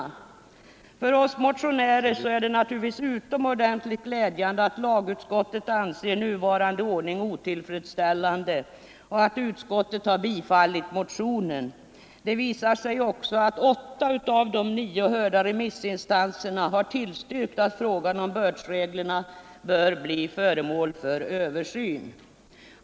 sion m.m. För oss motionärer är det naturligtvis utomordentligt glädjande att lagutskottet anser nuvarande ordning otillfredsställande och tillstyrker motionen. Åtta av de nio hörda remissinstanserna har tillstyrkt att frågan om bördsreglerna blir föremål för översyn.